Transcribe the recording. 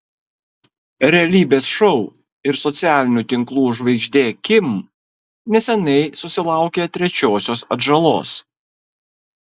realybės šou ir socialinių tinklų žvaigždė kim neseniai susilaukė trečiosios atžalos